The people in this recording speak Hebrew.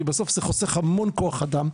כי בסוף זה חוסך המון כוח אדם.